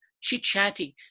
chit-chatting